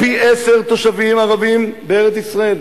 פי-עשרה תושבים ערבים בארץ-ישראל.